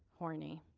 horny.